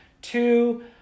Two